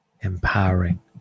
empowering